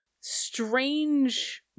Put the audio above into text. strange